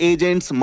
Agents